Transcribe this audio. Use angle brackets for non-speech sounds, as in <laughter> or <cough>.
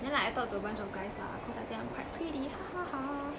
then like I talked to a bunch of guys lah because I think I'm quite pretty <laughs>